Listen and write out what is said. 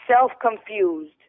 self-confused